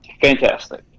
Fantastic